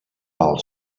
val